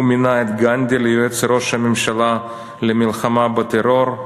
הוא מינה את גנדי ליועץ ראש הממשלה למלחמה בטרור,